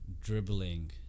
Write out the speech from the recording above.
Dribbling